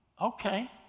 Okay